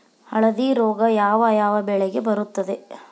ಹಳದಿ ರೋಗ ಯಾವ ಯಾವ ಬೆಳೆಗೆ ಬರುತ್ತದೆ?